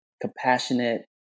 compassionate